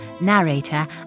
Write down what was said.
narrator